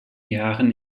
jahren